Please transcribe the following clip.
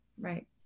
right